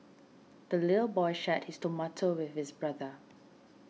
the little boy shared his tomato with his brother